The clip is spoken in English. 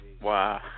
Wow